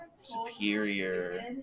superior